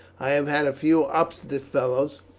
i have had a few obstinate fellows,